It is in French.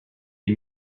des